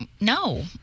no